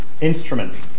instrument